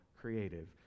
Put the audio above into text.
creative